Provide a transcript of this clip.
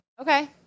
Okay